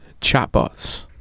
chatbots